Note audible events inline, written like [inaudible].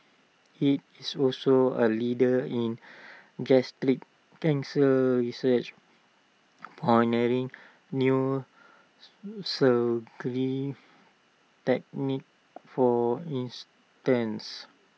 IT is also A leader in [unintelligible] cancer research [unintelligible] new so cleave techniques for instance